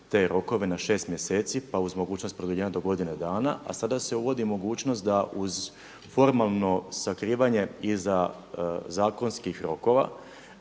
te rokove na 6 mjeseci pa uz mogućnost produljenja do godine dana. A sada se uvodi mogućnost da uz formalno sakrivanje iza zakonskih rokova